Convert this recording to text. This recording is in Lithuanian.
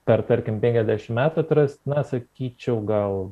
per tarkim penkiasdešimt metų atras na sakyčiau gal